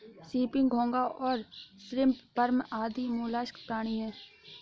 CP, घोंगा और shrimp worm आदि मौलास्क प्राणी हैं